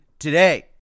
today